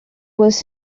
was